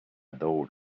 doll